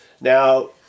Now